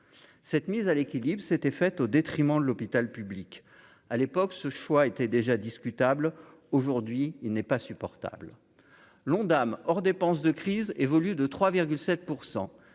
cette mise à l'équilibre s'était faite au détriment de l'hôpital public, à l'époque, ce choix était déjà discutable, aujourd'hui il n'est pas supportable l'Ondam hors dépenses de crise évolue de 3,7